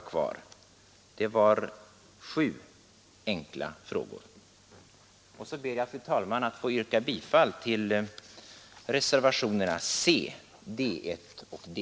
Jag ber, fru talman, att få yrka bifall till reservationerna C, D 1 och De